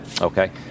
Okay